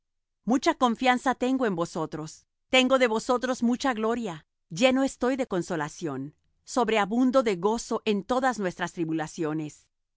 mucha confianza tengo de vosotros tengo de vosotros mucha gloria lleno estoy de consolación sobreabundo de gozo en todas nuestras tribulaciones